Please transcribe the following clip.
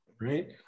right